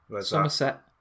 Somerset